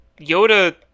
Yoda